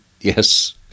Yes